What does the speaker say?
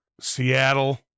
Seattle